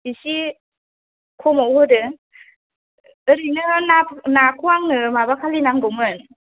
इसे खमाव होदो ओरैनो ना नाखौ आंनो माबाखालि नांगौमोन